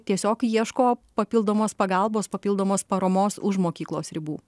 tiesiog ieško papildomos pagalbos papildomos paramos už mokyklos ribų